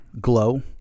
Glow